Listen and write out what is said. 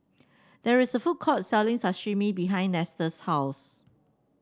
there is a food court selling Sashimi behind Nestor's house